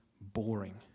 boring